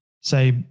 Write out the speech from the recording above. say